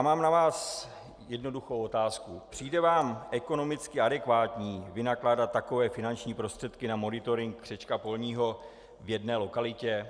Mám na vás jednoduchou otázku: Přijde vám ekonomicky adekvátní vynakládat takové finanční prostředky na monitoring křečka polního v jedné lokalitě?